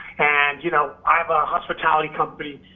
and, you know, i have a hospitality company.